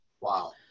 Wow